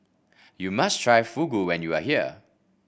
you must try Fugu when you are here